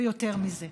ויותר מזה,